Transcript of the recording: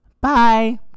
Bye